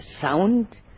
sound